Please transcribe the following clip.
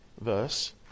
verse